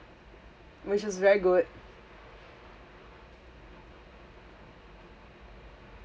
which is very good